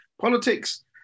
politics